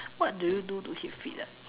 what do you do to keep fit ah